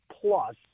plus